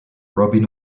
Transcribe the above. robin